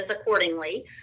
accordingly